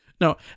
No